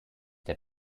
der